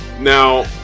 now